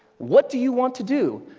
what do you want to do.